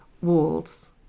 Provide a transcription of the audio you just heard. walls